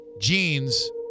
jeans